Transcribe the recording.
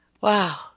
wow